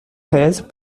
fraises